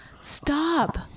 Stop